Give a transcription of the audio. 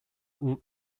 would